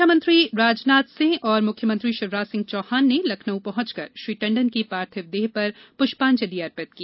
रक्षामंत्री राजनाथ सिंह और मुख्यमंत्री शिवराज सिंह चौहान ने लखनऊ पहुंचकर श्री टंडन की पार्थिव देह पर पुष्पांजलि आर्पित की